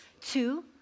two